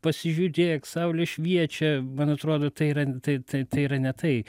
pasižiūrėk saulė šviečia man atrodo tai yra tai tai tai yra ne tai